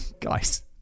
guys